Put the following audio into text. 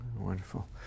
Wonderful